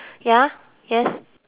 ya yes